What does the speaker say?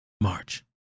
March